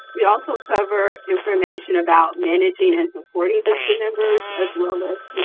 we also cover information about managing and supporting vista members, as well as